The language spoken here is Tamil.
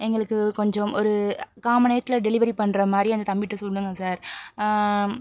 எங்களுக்குக் கொஞ்சம் ஒரு கால்மண் நேரத்தில் டெலிவரி பண்ணுற மாதிரி அந்த தம்பிகிட்ட சொல்லுங்க சார்